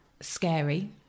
scary